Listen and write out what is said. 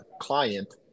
client